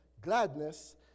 Gladness